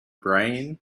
brain